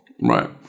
right